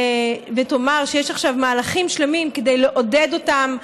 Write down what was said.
ותאמר שיש עכשיו מהלכים שלמים כדי לעודד אותם,